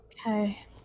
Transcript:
Okay